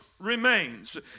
Remains